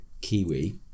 Kiwi